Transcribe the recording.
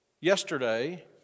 yesterday